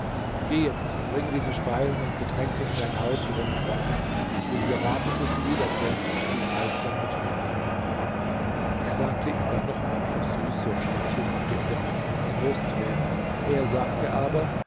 geh jetzt bringe diese speisen und getränke in dein haus für deine freunde ich will hier warten bis du wiederkehrst und dich alsdann mit mir nehmen ich sagte ihm dann noch manches süße und schmeichelhafte in der hoffnung ihn los zu werden er sagte aber